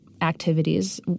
activities